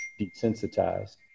desensitized